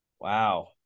wow